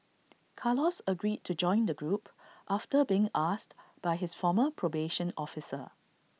Carlos agreed to join the group after being asked by his former probation officer